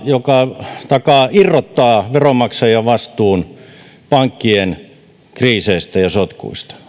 joka irrottaa veronmaksajien vastuun pankkien kriiseistä ja sotkuista